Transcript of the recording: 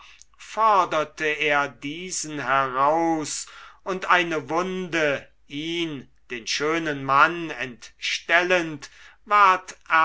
forderte er diesen heraus und eine wunde ihn den schönen mann entstellend ward